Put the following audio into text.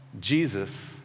Jesus